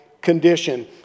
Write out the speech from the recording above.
condition